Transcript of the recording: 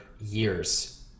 years